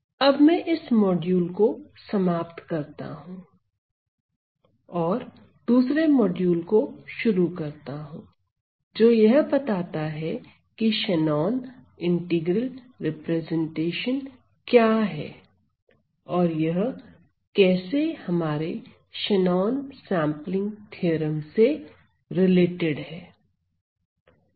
अब मैं इस मॉड्यूल को समाप्त करता हूं और दूसरे मॉड्यूल को शुरू करता हूं जो यह बताता है कि शेनॉन इंटीग्रल रिप्रेजेंटेशन क्या है और यह कैसे हमारे शेनॉन सेंपलिंग थ्योरम से संबंधित है